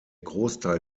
großteil